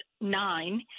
nine